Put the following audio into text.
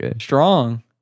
strong